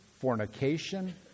fornication